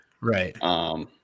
right